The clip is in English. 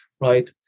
right